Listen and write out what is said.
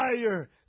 fire